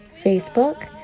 Facebook